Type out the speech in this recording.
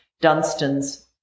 Dunstan's